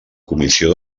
comissió